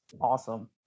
awesome